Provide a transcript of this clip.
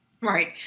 Right